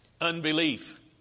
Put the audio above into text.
Unbelief